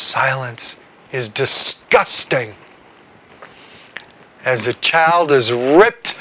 silence is just got sting as a child is ripped